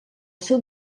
seu